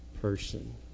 person